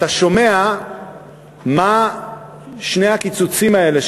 אתה שומע מה שני הקיצוצים האלה,